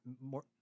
more